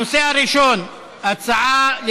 הנושא הראשון: הצעה,